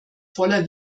voller